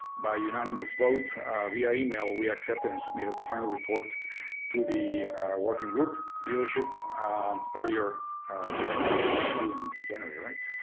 by unanimous vote via email, we accepted and submitted the final report to the working group leadership earlier this month. we're still in january, right? so,